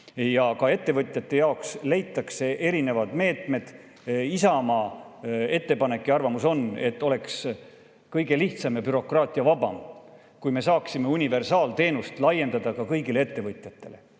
Ettevõtjate jaoks leitakse erinevad meetmed. Isamaa ettepanek ja arvamus on, et kõige lihtsam ja bürokraatiavabam oleks, kui me saaksime universaalteenust laiendada ka kõigile ettevõtjatele.